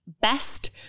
best